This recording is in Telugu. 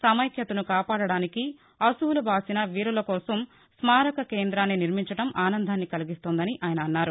సమైక్యతను కాపాడటానికి అసువులు బాసిన వీరులకోసం స్మారక కేంద్రాన్ని నిర్మించడం ఆనందాన్ని కలిగిస్తోందని ఆయన అన్నారు